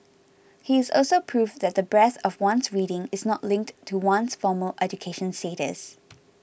he is also proof that the breadth of one's reading is not linked to one's formal education status